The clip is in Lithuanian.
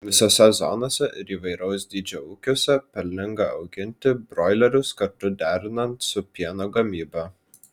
visose zonose ir įvairaus dydžio ūkiuose pelninga auginti broilerius kartu derinant su pieno gamyba